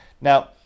Now